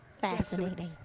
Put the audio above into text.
fascinating